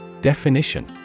Definition